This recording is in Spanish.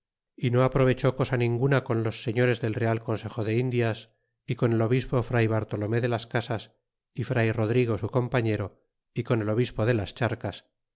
y no aprovechó cosa ninguna con los señores del real consejo de indias y con el obispo fray bartolome de las casas y fray rodrigo su compañero y con el obispo de las charcas